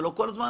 לא כל הזמן